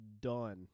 done